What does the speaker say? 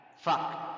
Fuck